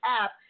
app